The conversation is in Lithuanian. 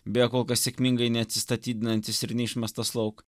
beje kol kas sėkmingai neatsistatydinantis ir neišmestas lauk